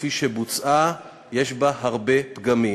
כפי שבוצעה, יש בה הרבה פגמים.